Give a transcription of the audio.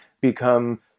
become